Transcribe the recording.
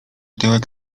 tyłek